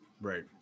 Right